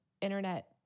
internet